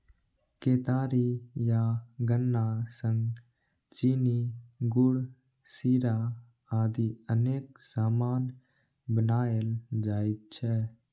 केतारी या गन्ना सं चीनी, गुड़, शीरा आदि अनेक सामान बनाएल जाइ छै